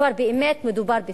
כבר באמת מדובר בפאשיזם.